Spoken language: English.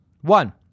One